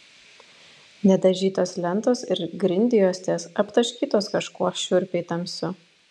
nedažytos lentos ir grindjuostės aptaškytos kažkuo šiurpiai tamsiu